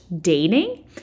dating